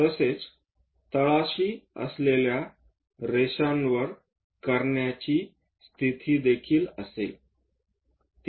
तसेच तळाशी असलेल्या रेषांवर करण्याची स्थिती देखील असेल